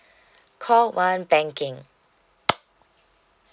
call one banking